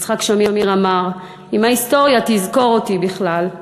יצחק שמיר אמר: אם ההיסטוריה תזכור אותי בכלל,